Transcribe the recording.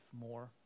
more